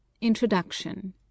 INTRODUCTION